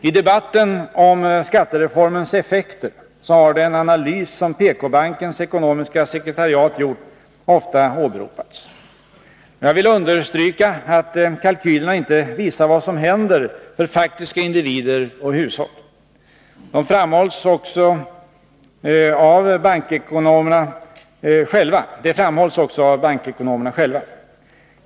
I debatten om skattereformens effekter har den analys som PK-bankens ekonomiska sekretariat gjort ofta åberopats. Jag vill understryka att kalkylerna inte visar vad som händer för faktiska individer och hushåll. Det framhålls också av bankekonomerna själva.